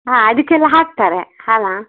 ಹಾಂ ಅದಕ್ಕೆಲ್ಲ ಹಾಕ್ತಾರೆ ಅಲ್ಲಾ